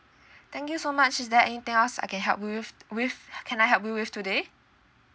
thank you so much is there anything else I can help you with with can I help you with today